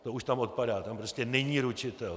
To už tam odpadá, tam prostě není ručitel.